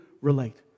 relate